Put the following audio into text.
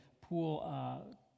pool